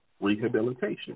rehabilitation